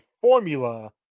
formula